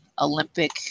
Olympic